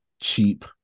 cheap